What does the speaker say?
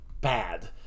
bad